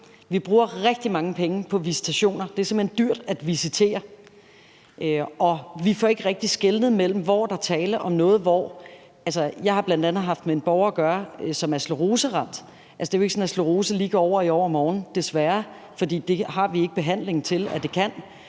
Vi bruger rigtig mange penge på visitationer, det er simpelt hen dyrt at visitere, og vi får ikke rigtig skelnet mellem det. Altså, jeg har bl.a. haft med en borger at gøre, som er skleroseramt, og det er jo ikke sådan, at sklerose lige går over i overmorgen, desværre, for det har vi ikke behandling til at det kan,